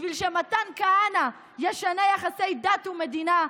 בשביל שמתן כהנא ישנה יחסי דת ומדינה,